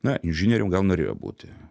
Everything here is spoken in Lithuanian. na inžinierium gal norėjo būti